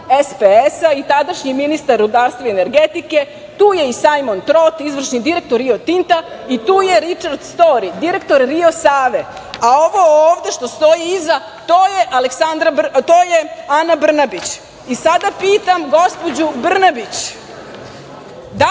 SPS-a i tadašnji ministar rudarstva i energetike. Tu je i Sajmon Trot, izvršni direktor Rio Tinta i tu je Ričard Stori, direktor Rio Save, a ovo ovde što stoji iza to je Ana Brnabić. Sada pitam gospođu Brnabić –